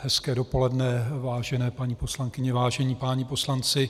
Hezké dopoledne, vážené paní poslankyně, vážení páni poslanci.